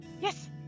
Yes